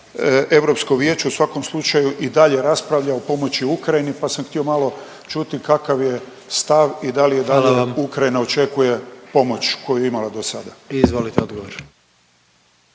Europsko vijeće u svakom slučaju i dalje raspravlja o pomoći Ukrajini, pa sam htio malo čuti kakav je stav i da li i dalje …/Upadica predsjednik: Hvala vam./… Ukrajina očekuje